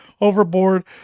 overboard